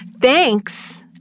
thanks